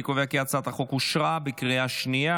אני קובע כי הצעת החוק אושרה בקריאה שנייה.